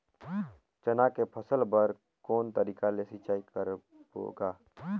चना के फसल बर कोन तरीका ले सिंचाई करबो गा?